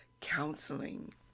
counseling